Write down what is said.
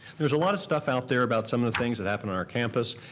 there's a lot of stuff out there about some of the things that happened on our campus.